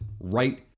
right